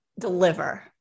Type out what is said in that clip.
Deliver